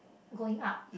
going up